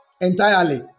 entirely